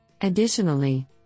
Additionally